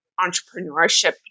entrepreneurship